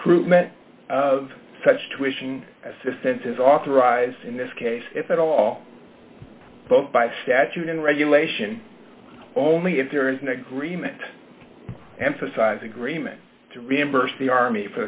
recruitment of such tuitions assistance is authorized in this case if at all both by statute and regulation only if there is an agreement emphasize agreement to reimburse the army